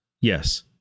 Yes